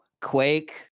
Quake